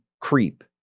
creep